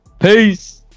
Peace